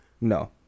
No